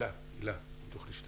הילה שי